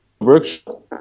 workshop